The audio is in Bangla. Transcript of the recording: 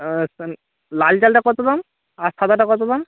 লাল চালটা কতো দাম আর সাদাটা কতো দাম